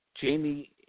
Jamie